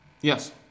Yes